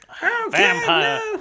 Vampire